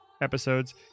episodes